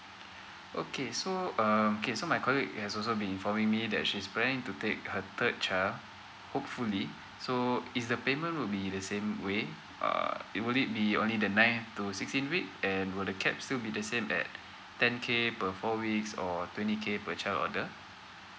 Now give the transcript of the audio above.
okay so um okay so my colleague has also been informing me that she is planning to take her third child hopefully so is the payment will be the same way uh will it be only the nine to sixteen week and will the cap still be the same at ten K per four weeks or twenty K per child order